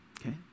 Okay